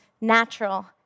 natural